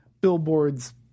billboards